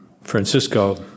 Francisco